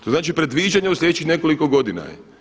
To znači predviđanja u sljedećih nekoliko godina.